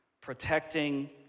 protecting